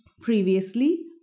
Previously